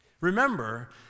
Remember